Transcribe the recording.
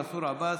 מנסור עבאס,